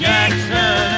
Jackson